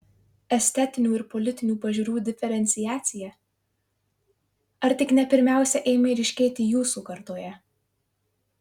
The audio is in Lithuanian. estetinių ir politinių pažiūrų diferenciacija ar tik ne pirmiausia ėmė ryškėti jūsų kartoje